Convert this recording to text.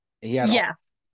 yes